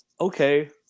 okay